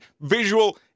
visual